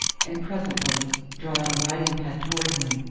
and presently drawing a writing pad toward him,